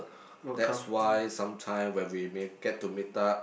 that's why sometime when we meet get to meet up